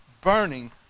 burning